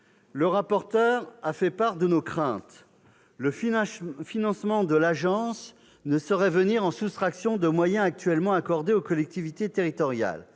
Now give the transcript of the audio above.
le rapporteur a fait part de nos craintes :« Le financement de l'agence ne saurait venir en soustraction de moyens actuellement accordés aux collectivités territoriales.